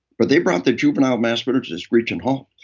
but they brought the juvenile mass murder to a screeching halt.